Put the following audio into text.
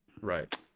right